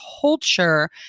culture